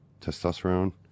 testosterone